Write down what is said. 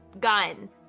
gun